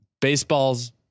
baseballs